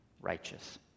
righteous